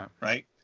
right